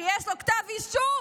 שיש לו כתב אישום